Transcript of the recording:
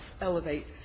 elevate